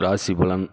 ராசிபலன்